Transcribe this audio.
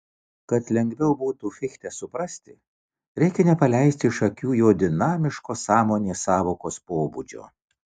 kad lengviau būtų fichtę suprasti reikia nepaleisti iš akių jo dinamiško sąmonės sąvokos pobūdžio